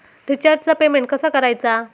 रिचार्जचा पेमेंट कसा करायचा?